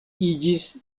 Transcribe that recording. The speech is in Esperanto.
iĝis